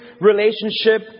relationship